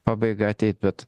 pabaiga ateit bet